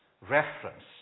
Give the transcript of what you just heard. reference